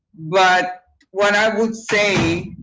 but what i would say,